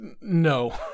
No